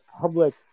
public